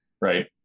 right